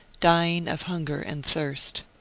dying of hunger and thirst.